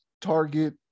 Target